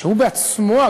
שהוא בעצמו,